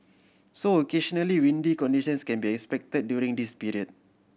so occasionally windy conditions can be expected during this period